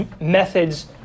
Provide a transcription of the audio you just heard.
methods